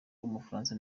w’umufaransa